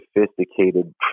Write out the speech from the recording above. sophisticated